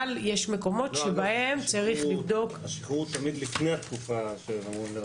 השחרור הוא תמיד לפני התקופה שהם אמורים לרַצות.